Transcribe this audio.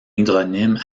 hydronyme